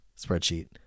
spreadsheet